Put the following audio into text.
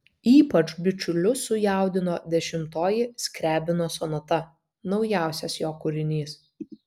ypač bičiulius sujaudino dešimtoji skriabino sonata naujausias jo kūrinys